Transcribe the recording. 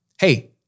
Hey